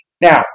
Now